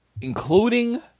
Including